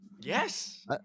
Yes